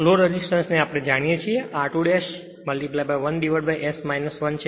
load resistance આપણે જાણીએ છીએ r2 1S 1 છે